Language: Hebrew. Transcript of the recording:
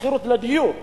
השכירות היא פי-שניים.